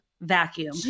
vacuum